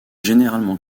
généralement